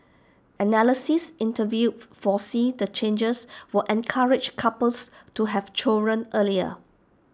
analysts interviewed foresee the changes will encourage couples to have children earlier